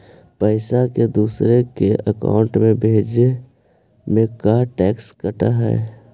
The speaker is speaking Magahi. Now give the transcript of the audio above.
पैसा के दूसरे के अकाउंट में भेजें में का टैक्स कट है?